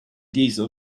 deezer